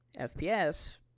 FPS